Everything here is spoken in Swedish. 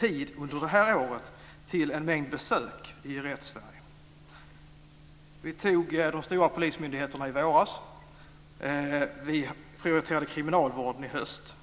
tid under det här året åt en mängd besök i Rätts-Sverige. Vi tog de stora polismyndigheterna i våras. Vi prioriterade kriminalvården i höstas.